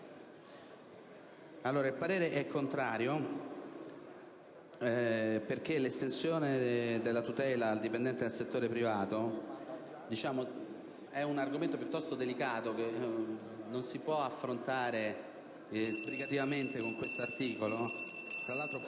su tale emendamento perché l'estensione della tutela al dipendente del settore privato è un argomento delicato che non si può affrontare sbrigativamente con questo articolo